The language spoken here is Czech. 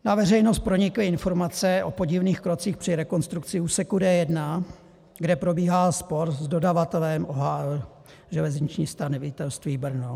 Na veřejnost pronikly informace o podivných krocích při rekonstrukci úseku D1, kde probíhá spor s dodavatelem Železniční stavitelství Brno.